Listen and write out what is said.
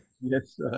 yes